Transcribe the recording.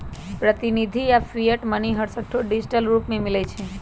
प्रतिनिधि आऽ fiat money हरसठ्ठो डिजिटल रूप में मिलइ छै